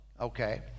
Okay